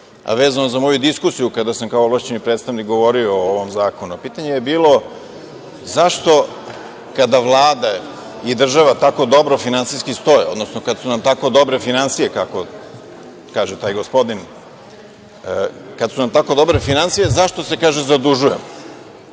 a vezano za moju diskusiju kada sam kao ovlašćeni predstavnik govorio o ovom zakonu. Pitanje je bilo – zašto kada Vlada i država tako dobro finansijski stoje, odnosno kad su nam tako dobre finansije, kako kaže taj gospodin, zašto se, kaže, zadužujemo? Pa,